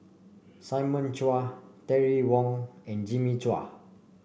Simon Chua Terry Wong and Jimmy Chua